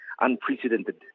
unprecedented